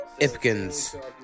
Ipkins